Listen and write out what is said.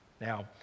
Now